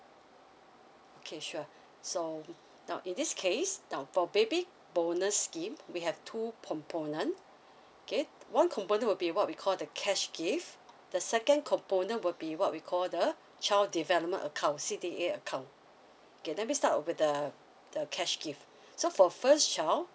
okay sure so now in this case now for baby bonus scheme we have two component okay one component will be what we call the cash gift the second component will be what we call the child development account C D A account okay let me start with the the cash gift so for first child